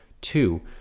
Two